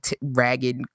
ragged